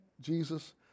Jesus